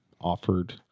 offered